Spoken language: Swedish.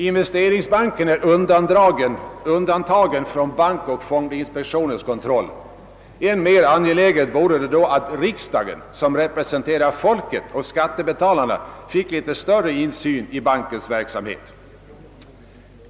Investeringsbanken är undantagen från bankoch fondinspektionens kontroll. ännu mera angeläget vore det väl då att riksdagen, som representerar folket och skattebetalarna, fick litet större insyn i bankens verksamhet.